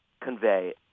convey